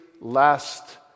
last